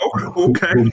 okay